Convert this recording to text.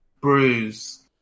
bruise